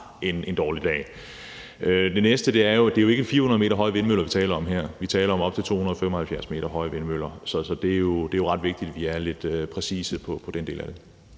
har en dårlig dag. Det næste er, at det jo ikke er 400 m høje vindmøller, vi taler om her. Vi taler om op til 275 m høje vindmøller. Det er jo ret vigtigt, at vi er lidt præcise i forhold til den del af det.